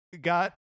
got